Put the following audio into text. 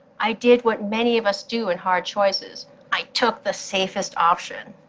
i did what many of us do in hard choices i took the safest option.